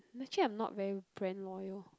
actually I'm not very brand loyal